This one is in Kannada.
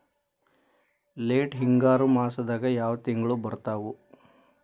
ಲೇಟ್ ಹಿಂಗಾರು ಮಾಸದಾಗ ಯಾವ್ ತಿಂಗ್ಳು ಬರ್ತಾವು?